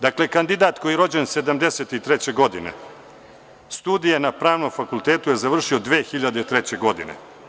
Dakle, kandidat koji je rođen 1973. godine, studije na Pravnom fakultetu je završio 2003. godine.